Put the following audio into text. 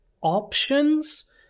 options